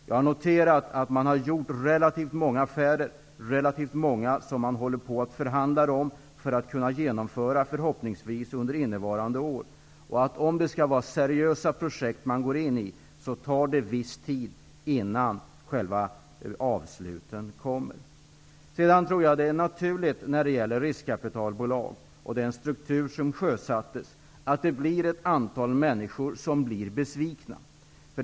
Jag har noterat att man har gjort relativt många affärer och att det är relativt många affärer som man håller på att förhandla om för att kunna genomföra, förhoppningsvis, under innevarande år. Om det skall vara seriösa projekt som man går in i, tar det viss tid innan själva avsluten kommer. Sedan tror jag att det är naturligt när det gäller riskkapitalbolag och den struktur som sjösatts att ett antal människor blir besvikna.